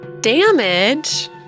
Damage